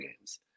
games